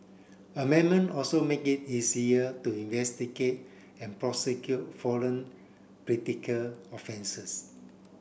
amendment also make it easier to investigate and prosecute foreign predicate offences